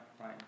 right